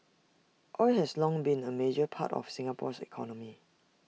oil has long been A major part of Singapore's economy